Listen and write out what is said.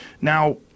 Now